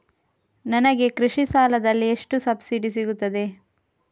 ನನಗೆ ಕೃಷಿ ಸಾಲದಲ್ಲಿ ಎಷ್ಟು ಸಬ್ಸಿಡಿ ಸೀಗುತ್ತದೆ?